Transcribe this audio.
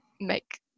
make